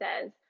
says